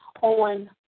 on